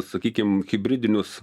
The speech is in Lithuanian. sakykim hibridinius